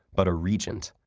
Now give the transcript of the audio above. but a regent,